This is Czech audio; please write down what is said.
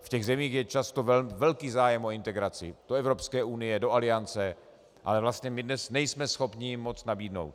V těch zemích je často velký zájem o integraci do Evropské unie, do Aliance, ale vlastně my dnes nejsme schopni jim moc nabídnout.